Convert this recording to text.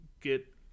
get